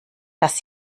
dass